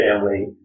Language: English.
family